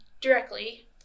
directly